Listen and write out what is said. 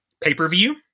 pay-per-view